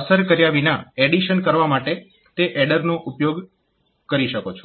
અસર કર્યા વિના એડીશન કરવા માટે તે એડરનો ઉપયોગ કરી શકો છો